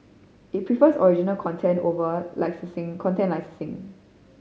it prefers original content over licensing content licensing